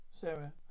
Sarah